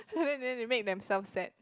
then they they make themselves sad